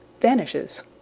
vanishes